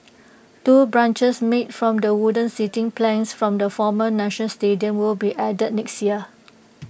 two benches made from the wooden seating planks from the former national stadium will be added next year